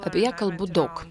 apie ją kalbų daug